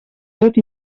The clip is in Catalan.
tot